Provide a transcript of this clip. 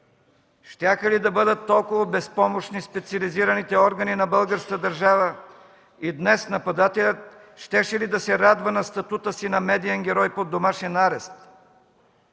щяха ли да бъдат толкова безпомощни специализираните органи на българската държава и днес нападателят щеше ли да се радва на статута си на медиен герой под домашен арест?